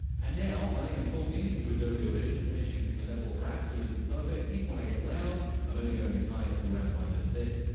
and now i am talking into adobe audition. and as you can see my levels are absolutely perfect. even when i get loud i'm only going as high as around minus six.